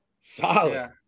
solid